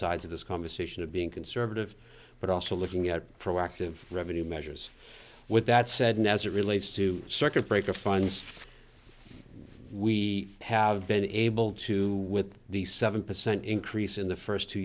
sides of this conversation of being conservative but also looking at proactive revenue measures with that said now as it relates to circuit breaker funds we have been able to with the seven percent increase in the first two